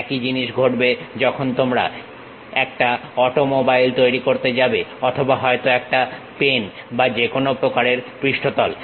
একই জিনিস ঘটবে যখন তোমরা একটা অটোমোবাইল তৈরি করতে যাবে অথবা হয়তো একটা পেন বা যে কোনো প্রকারের পৃষ্ঠতল